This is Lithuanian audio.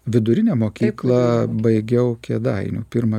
vidurinę mokyklą baigiau kėdainių pirmą